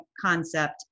concept